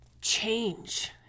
change